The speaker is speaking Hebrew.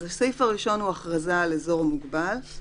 הסעיף הראשון הוא הכרזה על אזור מוגבל.